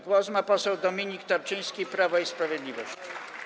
Głos ma poseł Dominik Tarczyński, Prawo i Sprawiedliwość.